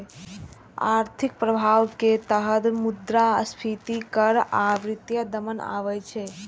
आर्थिक प्रभाव के तहत मुद्रास्फीति कर आ वित्तीय दमन आबै छै